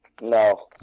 No